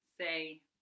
say